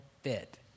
fit